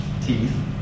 teeth